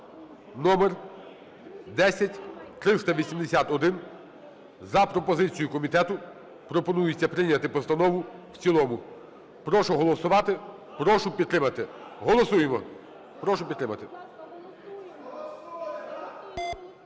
(№ 10381). За пропозицією комітету пропонується прийняти постанову в цілому. Прошу голосувати. Прошу підтримати. Голосуємо, прошу підтримати.